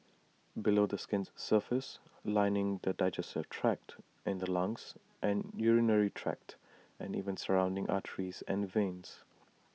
below the skin's surface lining the digestive tract in the lungs and urinary tract and even surrounding arteries and veins